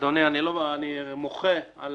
אדוני, אני מוחה על